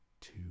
two